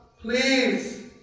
Please